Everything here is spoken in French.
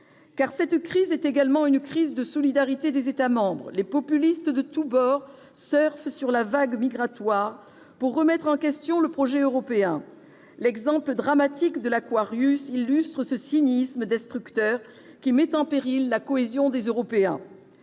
effectivement, est aussi une crise de solidarité des États membres. Les populistes de tous bords surfent sur la vague migratoire pour remettre en question le projet européen. L'exemple dramatique de l'illustre ce cynisme destructeur, qui met en péril la cohésion des Européens.